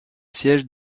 sièges